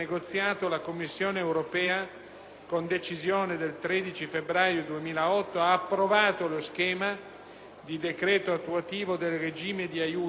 con decisione del 13 febbraio 2008, ha approvato lo schema di decreto attuativo del regime di aiuti in questione.